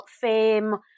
fame